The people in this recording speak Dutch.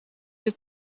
dit